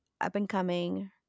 up-and-coming